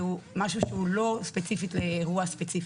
והוא משהו שהוא לא ספציפית לאירוע ספציפי?